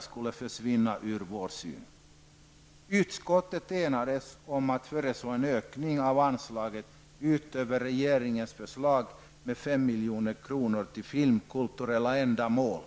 skulle försvinna ur vår syn. Utskottet enades om att föreslå en ökning av anslaget utöver regeringens förslag med 5 milj.kr. till filmkulturella ändamål.